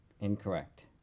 Incorrect